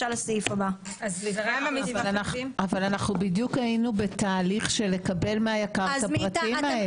אבל אנחנו בדיוק היינו בתהליך של לקבל מהיק"ר את הפרטים האלה.